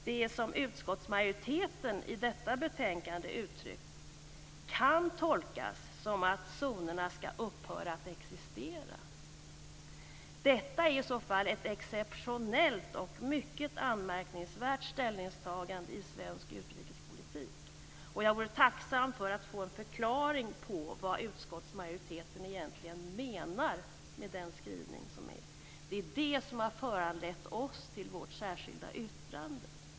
Det som utskottsmajoriteten i detta betänkande uttrycker kan tolkas som att zonerna ska upphöra att existera. Detta är i så fall ett exceptionellt och mycket anmärkningsvärt ställningstagande i svensk utrikespolitik. Jag skulle vara tacksam om jag fick förklarat vad utskottsmajoriteten egentligen menar med skrivningen. Det är detta som har föranlett oss att skriva vårt särskilda yttrande.